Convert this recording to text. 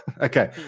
Okay